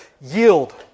yield